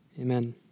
Amen